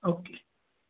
okay